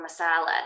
masala